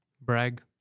Brag